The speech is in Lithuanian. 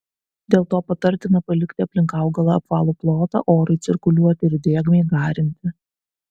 dėl to patartina palikti aplink augalą apvalų plotą orui cirkuliuoti ir drėgmei garinti